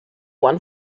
one